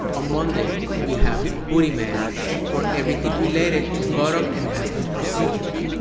ah monday we have bootyman for everything related to buttock enhancement procedures.